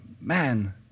man